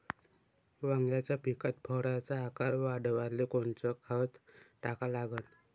वांग्याच्या पिकात फळाचा आकार वाढवाले कोनचं खत टाका लागन?